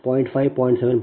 7 0